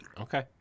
Okay